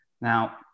Now